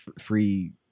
free